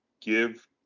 give